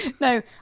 No